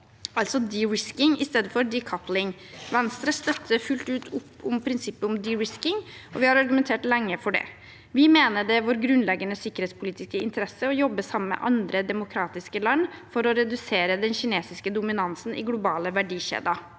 altså «de-risking» istedenfor «decoupling». Venstre støtter fullt ut opp om prinsippet om «de-risking», og vi har argumentert lenge for det. Vi mener det er i vår grunnleggende sikkerhetspolitiske interesse å jobbe sammen med andre demokratiske land for å redusere den kinesiske dominansen i globale verdikjeder.